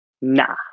Nah